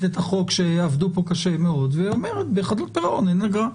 את החוק שעבדו פה קשה מאוד ואומרת שבחדלות פירעון אין אגרה.